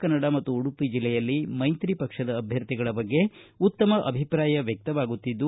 ಕ ಮತ್ತು ಉಡುಪಿ ಜಲ್ಲೆಯಲ್ಲಿ ಮೈತ್ರಿ ಪಕ್ಷದ ಅಧ್ಯರ್ಥಿಗಳ ಬಗ್ಗೆ ಉತ್ತಮ ಅಭಿಪ್ರಾಯ ವ್ಯಕ್ತವಾಗುತ್ತಿದ್ದು